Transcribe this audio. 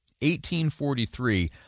1843